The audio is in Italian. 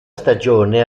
stagione